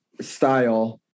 style